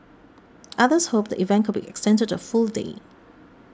others hoped the event could be extended to a full day